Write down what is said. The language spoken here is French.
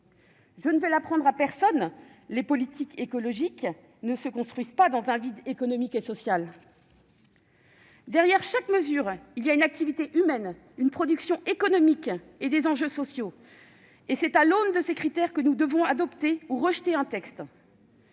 Je ne vais l'apprendre à personne, les politiques écologiques ne se construisent pas dans un vide économique et social. Derrière chaque mesure, il y a une activité humaine, une production économique et des enjeux sociaux : c'est à l'aune de ces critères que nous devons adopter ou rejeter un texte.